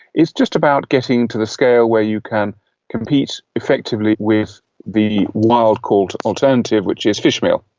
it's just about getting to the scale where you can compete effectively with the wild caught alternative, which is fish meal.